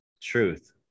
Truth